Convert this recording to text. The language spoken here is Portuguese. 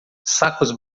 sacos